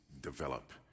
develop